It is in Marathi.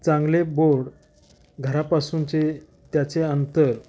चांगले बोर्ड घरापासूनचे त्याचे अंतर